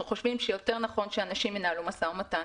אנחנו חושבים שנכון יותר שאנשים ינהלו משא ומתן.